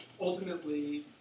ultimately